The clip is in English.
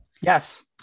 yes